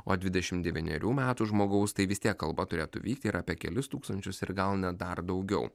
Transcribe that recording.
o dvidešimt devynerių metų žmogaus tai vis tiek kalba turėtų vykti ir apie kelis tūkstančius ir gal net dar daugiau